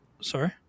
sorry